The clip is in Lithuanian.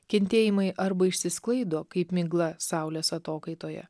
kentėjimai arba išsisklaido kaip migla saulės atokaitoje